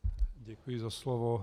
Děkuji za slovo.